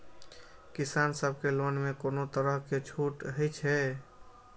किसान सब के लोन में कोनो तरह के छूट हे छे?